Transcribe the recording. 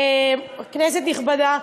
כנסת נכבדה,